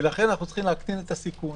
לכן אנו צריכים להקטין את הסיכון,